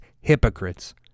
hypocrites